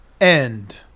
end